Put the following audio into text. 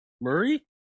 Murray